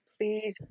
please